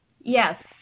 Yes